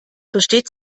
versteht